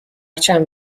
چند